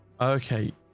okay